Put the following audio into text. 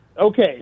Okay